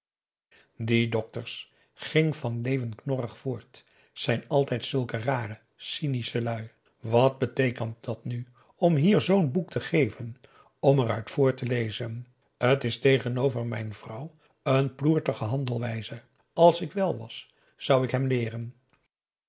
die dokters ging van leeuwen knorrig voort zijn altijd zulke rare cynische lui wat beteekent dat nu om hier zoo'n boek te geven om eruit voor te lezen t is tegenover mijn vrouw een ploertige handelwijze als ik wel was zou ik hem leeren